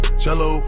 cello